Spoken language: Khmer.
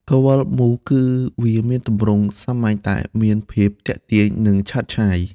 ក្រវិលមូល គឺវាមានទម្រង់សាមញ្ញតែមានភាពទាក់ទាញ និងឆើតឆាយ។